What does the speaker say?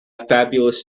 fabulous